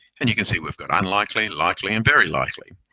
and you can see we've got unlikely, likely and very likely.